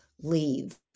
leave